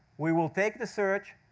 we will take the search,